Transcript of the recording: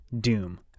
Doom